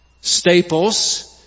Staples